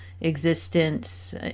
existence